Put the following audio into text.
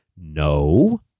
No